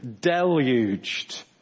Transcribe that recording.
deluged